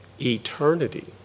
Eternity